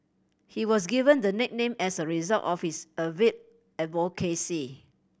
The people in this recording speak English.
he was given the nickname as a result of his avid advocacy